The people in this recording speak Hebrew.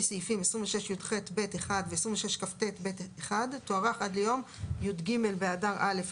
סעיפים 26יח(ב)(2) ו- 26כט(ב)(1) תוארך עד ליום י"ג באדר א'